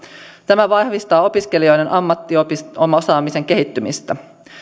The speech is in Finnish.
tämä vahvistaa opiskelijoiden ammattiosaamisen kehittymistä